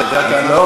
זאת הטענה שלך?